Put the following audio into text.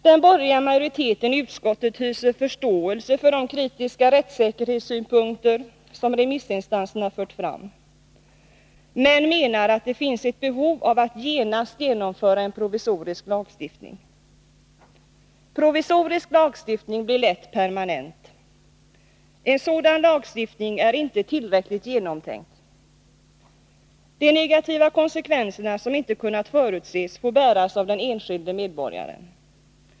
Den borgerliga majoriteten i utskottet hyser förståelse för de kritiska rättssäkerhetssynpunkter som remissinstanserna fört fram, men menar att det finns ett behov av att genast genomföra en provisorisk lagstiftning. Provisorisk lagstiftning blir lätt permanent. En sådan lagstiftning är inte tillräckligt genomtänkt. De negativa konsekvenserna, som inte kunnat förutses, får bäras av den enskilde medborgaren.